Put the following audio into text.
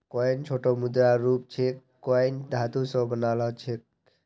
coin छोटो मुद्रार रूप छेक कॉइन धातु स बनाल ह छेक